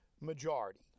majority